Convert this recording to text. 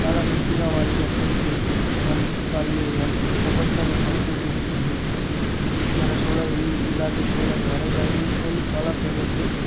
చాలా మంచిగా వాళ్ళకందరికి వాళ్ వాళ్ళని అన్ ప్రపంచానికి పరిచయం చేస్తుంది మన షోల ఈ ఇలాంటి షోల ద్వారా ఇలా ఈ షోలు చాలా ఫేమసు